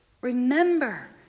remember